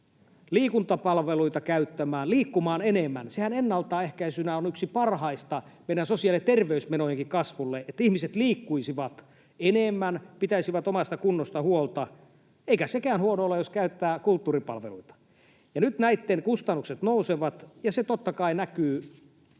liikuntapalveluita käyttämään ja liikkumaan enemmän — sehän on yksi parhaista ennaltaehkäisykeinoista meidän sosiaali- ja terveysmenojen kasvullekin, että ihmiset liikkuisivat enemmän ja pitäisivät omasta kunnosta huolta — eikä sekään huono ole, jos käyttää kulttuuripalveluita. Nyt näitten kustannukset nousevat, ja se totta kai näkyy